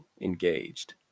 engaged